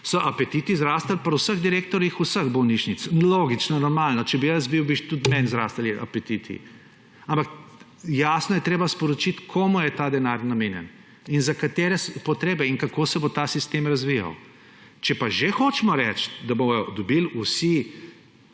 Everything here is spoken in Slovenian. so apetiti zrasli pri vseh direktorjih vseh bolnišnic. Logično, normalno. Če bi jaz bil, bi tudi meni zrasli apetiti, ampak jasno je treba sporočiti, komu je ta denar namenjen in za katere potrebe in kako se bo ta sistem razvijal. Če pa že hočemo reči, da bodo dobili vsi